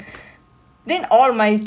already did leh